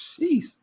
jeez